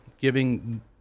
Giving